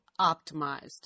optimized